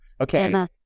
Okay